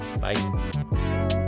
bye